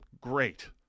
great